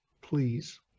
please